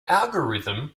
algorithm